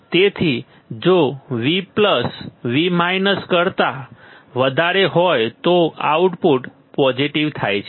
તેથી જો V V કરતાં વધારે હોય તો આઉટપુટ પોઝિટિવ થાય છે